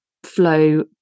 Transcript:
flow